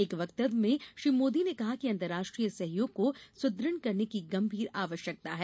एक वक्तव्य में श्री मोदी ने कहा कि अंतर्राष्ट्रीय सहयोग को सुद्रढ़ करने की गम्भीर आवश्यकता है